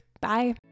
Bye